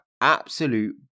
absolute